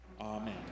Amen